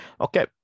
Okay